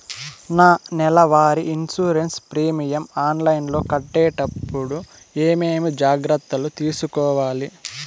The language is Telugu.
నా నెల వారి ఇన్సూరెన్సు ప్రీమియం ఆన్లైన్లో కట్టేటప్పుడు ఏమేమి జాగ్రత్త లు తీసుకోవాలి?